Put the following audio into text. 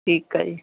ਠੀਕ ਆ ਜੀ